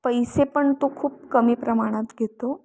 पैसे पण तो खूप कमी प्रमाणात घेतो